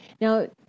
Now